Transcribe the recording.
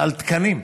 על תקנים.